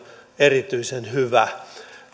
erityisen hyvä